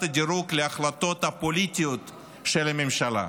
הדירוג להחלטות הפוליטיות של הממשלה,